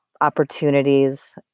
opportunities